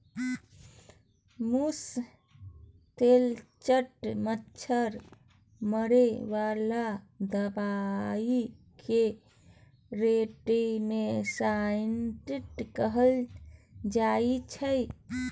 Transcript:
मुस, तेलचट्टा, मच्छर मारे बला दबाइ केँ रोडेन्टिसाइड कहल जाइ छै